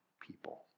people